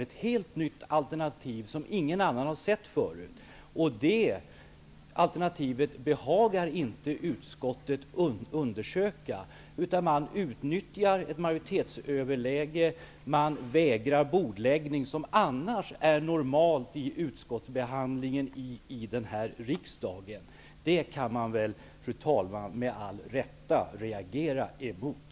Det alternativet har ingen annan tidigare beaktat, och utskottet behagar inte undersöka det. I stället utnyttjar man ett majoritetsöverläge och vägrar bordläggning. Bordläggning är annars det normala tillvägagångssättet i denna riksdags utskottsbehandling. Fru talman! Det kan man väl med all rätta reagera emot.